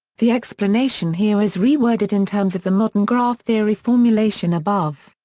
the explanation here is reworded in terms of the modern graph theory formulation above.